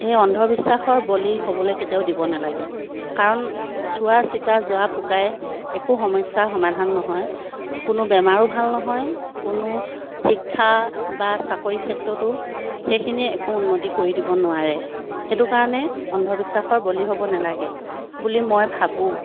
এই অন্ধবিশ্বাসৰ বলি হ'বলৈ কেতিয়াও দিব নালাগে কাৰণ চোৱা চিতা জৰা ফুকাইয়ে একো সমস্যাৰ সমাধান নহয় কোনো বেমাৰো ভাল নহয় কোনো শিক্ষা বা চাকৰিৰ ক্ষেত্ৰতো সেইখিনিয়ে একো উন্নতি কৰি দিব নোৱাৰে সেইটো কাৰণে অন্ধবিশ্বাসৰ বলি হ'ব নালাগে বুলি মই ভাবোঁ